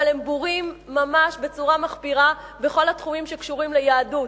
אבל הם בורים ממש בצורה מחפירה בכל התחומים שקשורים ליהדות,